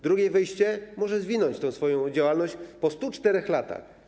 Drugie wyjście: może zwinąć tę swoją działalność po 104 latach.